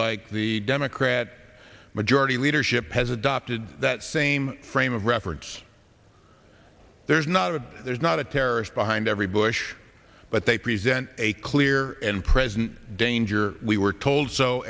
like the democrat majority leadership has adopted that same frame of reference there's not a there's not a terrorist behind every bush but they present a clear and present danger we were told so